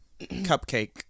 cupcake